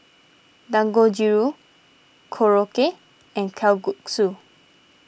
Dangojiru Korokke and Kalguksu